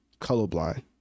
colorblind